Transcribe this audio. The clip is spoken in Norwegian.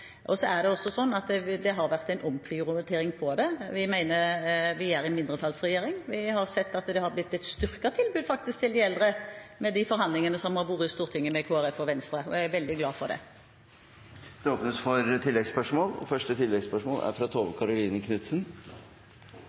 sånn at det har vært en omprioritering på det. Vi er en mindretallsregjering, og det har blitt et styrket tilbud til de eldre i de forhandlingene som har vært i Stortinget med Kristelig Folkeparti og Venstre, og jeg er veldig glad for det. Det åpnes for oppfølgingsspørsmål – først Tove Karoline Knutsen. «Tidenes eldreran» er